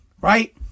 right